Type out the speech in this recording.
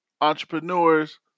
entrepreneurs